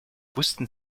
wussten